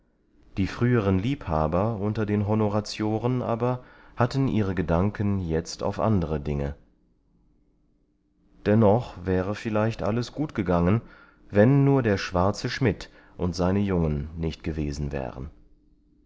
die früheren liebhaber unter den honoratioren aber hatten ihre gedanken jetzt auf andere dinge dennoch wäre vielleicht alles gut gegangen wenn nur der schwarze schmidt und seine jungen nicht gewesen wären